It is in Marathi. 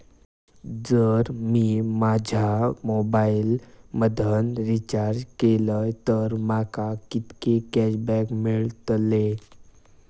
जर मी माझ्या मोबाईल मधन रिचार्ज केलय तर माका कितके कॅशबॅक मेळतले?